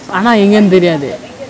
ஆனா எங்கனு தெரியாது:aanaa enganu theriyaathu